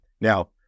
Now